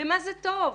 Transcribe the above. למה זה טוב?